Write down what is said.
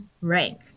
rank